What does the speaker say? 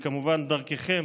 כמובן, דרככם